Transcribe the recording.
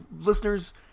listeners